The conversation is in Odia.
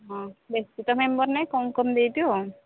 ହଁ ବେଶୀ ତ ମେମ୍ବର ନାହିଁ କମ୍ କମ୍ ଦେଇଦିଅ